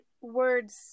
words